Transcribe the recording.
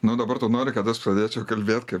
nu dabar tu nori kad aš pradėčiau kalbėt kaip